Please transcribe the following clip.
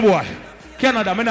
Canada